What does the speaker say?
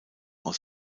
aus